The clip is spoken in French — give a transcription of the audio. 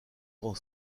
grand